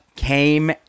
came